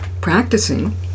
practicing